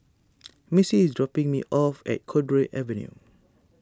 Missie is dropping me off at Cowdray Avenue